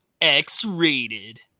X-rated